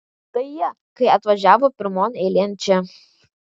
tai jie kai atvažiavo pirmon eilėn čia